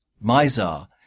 Mizar